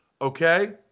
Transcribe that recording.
Okay